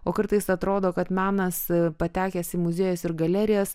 o kartais atrodo kad menas patekęs į muziejus ir galerijas